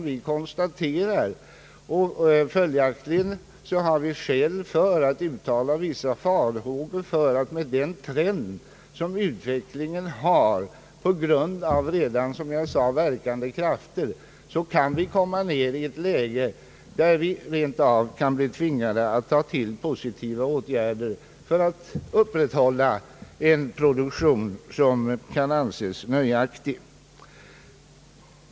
Vi har skäl för att uttala vissa farhågor för att med den trend, som utvecklingen har på grund av redan verkande krafter, vi kan komma ned i ett läge där vi rent av kan bli tvingade att ta till positiva åtgärder för att upprätthålla en nöjaktig produktion.